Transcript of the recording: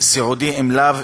סיעודי אם לאו,